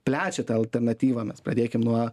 plečia tą alternatyvą mes pradėkim nuo